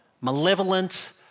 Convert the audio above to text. malevolent